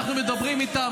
אנחנו מדברים איתם.